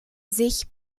sich